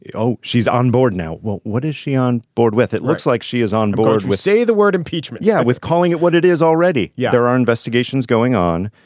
oh she's onboard now. well what is she on board with. it looks like she is on board with say the word impeachment. yeah with calling it what it is already. yeah there are investigations going on.